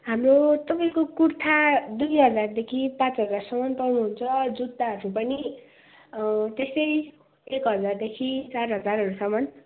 हाम्रो तपाईँको कुर्था दुई हजारदेखि पाँच हजारसम्म पाउनुहुन्छ जुत्ताहरू पनि त्यस्तै एक हजारदेखि चार हजारहरूसम्म